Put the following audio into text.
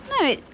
No